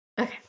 Okay